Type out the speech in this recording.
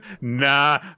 Nah